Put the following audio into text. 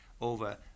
over